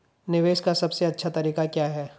निवेश का सबसे अच्छा तरीका क्या है?